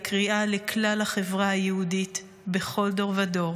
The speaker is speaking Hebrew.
קריאה לכלל החברה היהודית בכל דור ודור